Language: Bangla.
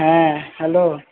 হ্যাঁ হ্যালো